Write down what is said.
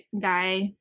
guy